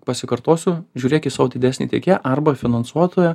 pasikartosiu žiūrėk į savo didesnį tiekėją arba finansuotoją